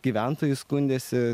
gyventojai skundėsi